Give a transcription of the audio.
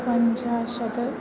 पञ्चाशत्